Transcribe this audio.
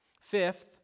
Fifth